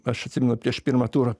aš atsimenu prieš pirmą turą